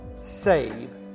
save